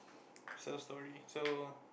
sell story so